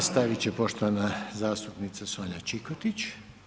Nastavit će poštovana zastupnica Sonja Čikotić.